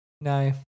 No